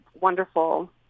wonderful